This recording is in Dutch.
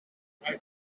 het